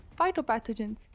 phytopathogens